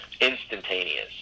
instantaneous